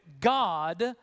God